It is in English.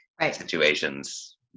situations